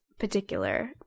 particular